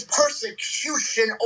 persecution